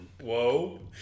Whoa